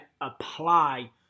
apply